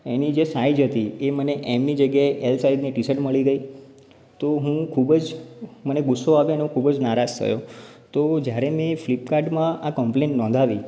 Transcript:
એની જે સાઈઝ હતી એ મને એમની જગ્યાએ એલ સાઈઝની ટી શર્ટ મળી ગઈ તો હું ખૂબ જ મને ગુસ્સો આવ્યો અને હું ખૂબ જ નારાજ થયો તો જયારે મેં ફ્લિપકાર્ટમાં આ કમ્પ્લેઇન્ટ નોંધાવી